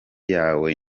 yawe